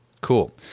Cool